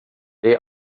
they